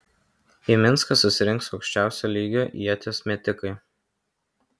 į minską susirinks aukščiausio lygio ieties metikai